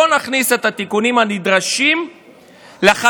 בואו נכניס את התיקונים הנדרשים לחקיקה,